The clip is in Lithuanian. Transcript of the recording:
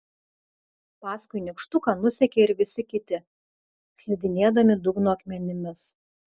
paskui nykštuką nusekė ir visi kiti slidinėdami dugno akmenimis